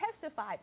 testified